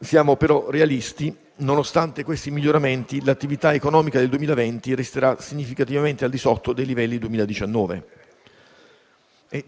Siamo però realisti: nonostante questi miglioramenti, l'attività economica del 2020 resterà significativamente al di sotto dei livelli del 2019.